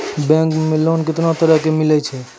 Bank मे loan कैतना तरह के मिलै छै?